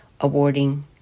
awarding